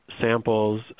samples